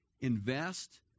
Invest